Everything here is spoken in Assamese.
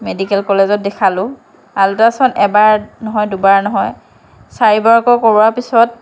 মেডিকেল কলেজত দেখালোঁ আল্ট্ৰাচাউণ্ড এবাৰ নহয় দুবাৰ নহয় চাৰিবাৰকৈ কৰোৱাৰ পিছত